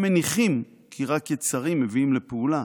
הם מניחים כי רק יצרים מביאים לפעולה,